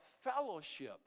fellowship